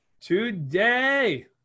Today